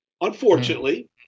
Unfortunately